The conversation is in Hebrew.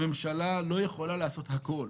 הממשלה לא יכולה לעשות הכול.